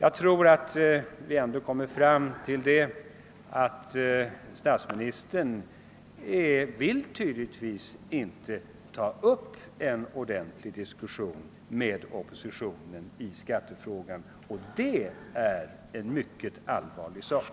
Då får vi det intrycket, att statsministern tydligen inte vill ta upp en ordentlig diskussion med oppositionen i skattefrågan — och det är en mycket allvarlig sak!